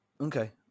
Okay